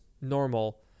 normal